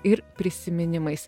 ir prisiminimais